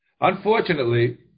Unfortunately